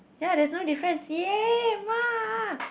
ya there's no difference ya mark